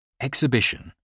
exhibition